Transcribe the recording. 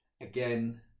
again